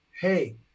hey